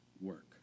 work